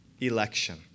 election